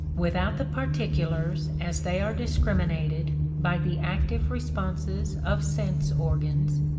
without the particulars as they are discriminated by the active responses of sense organs,